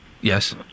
Yes